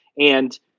And-